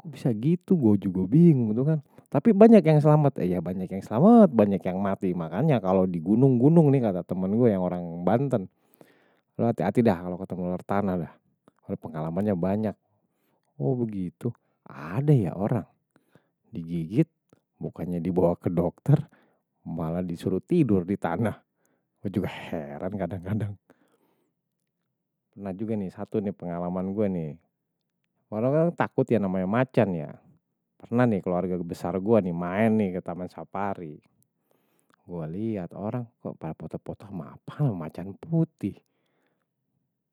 Kok bisa gitu gua juga bingung, gitu kan. Tapi banyak yang selamat, ya banyak yang selamat, banyak yang mati, makanya kalau di gunung gunung nih kata temen gue yang orang banten. Kalo hati-hati dah, kalo ketemu uler tanah dah. Kalo pengalamannya banyak. Oh begitu ada ya orang. Digigit, mukanya dibawa ke dokter, malah disuruh tidur di tanah. Gua juga heran kadang-kadang. Ternah juga nih, satu nih pengalaman gue nih. Orang-orang takut ya namanya macan ya. Pernah nih keluarga besar gue nih main nih ke taman sapari. Gua liat orang, kok pada potoh-potoh sama apa namanya macan putih.